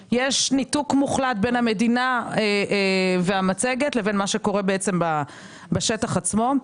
יש ניתוק מוחלט בין המדינה והמצגת לבין מה שקורה בשטח עצמו.